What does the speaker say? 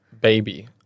baby